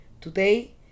Today